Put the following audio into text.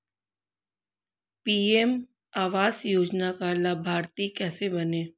PM Awas Yojana का लाभर्ती कैसे बनें?